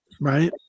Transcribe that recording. right